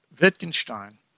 Wittgenstein